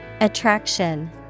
Attraction